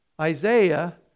Isaiah